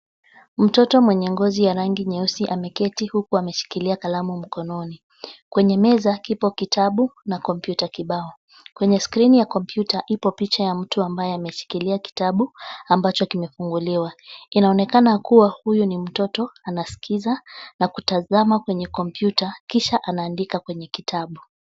Mtoto mwenye ngozi ya rangi ya kiafrika ameketi huku ameshikilia kalamu mkononi. Kwenye meza kipo kitabu na kompyuta kibao, kwenye scrini ya kompyuta ipo picha ya mtu ambaye ameshikilia kitabu ambacho kimefunguliwa. Inaonekana kuwa huyu ni mtoto anaskiza na kutazama kwenye kompyuta kisha ana andika kwenye kitabu.